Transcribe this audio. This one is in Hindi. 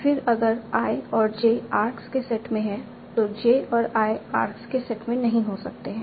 फिर अगर i और j आर्क्स के सेट में हैं तो j और i आर्क्स के सेट में नहीं हो सकते हैं